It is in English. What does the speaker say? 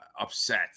upset